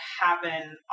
happen